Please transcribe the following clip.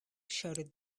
shouted